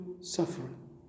suffering